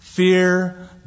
Fear